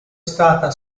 stata